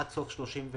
עד סוף 2021,